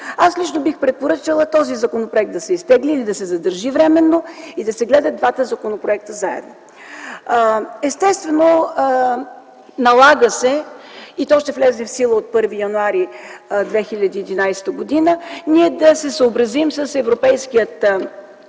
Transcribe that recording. Аз лично бих препоръчала този законопроект да се изтегли или да се задържи временно и да се гледат двата законопроекта заедно. Естествено, налага се, и то ще влезе в сила от 1 януари 2011 г., ние да се съобразим с Европейския